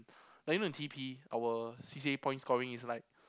like you know in T_P our C_C_A points scoring is like